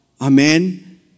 Amen